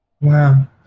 Wow